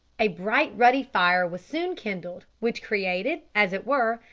a bright ruddy fire was soon kindled, which created, as it were,